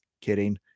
Kidding